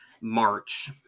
March